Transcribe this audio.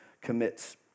commits